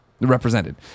Represented